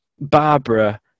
barbara